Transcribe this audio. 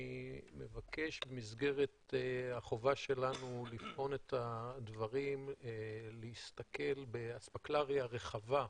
אני מבקש במסגרת החובה שלנו לבחון את הדברים להסתכל באספקלריה רחבה,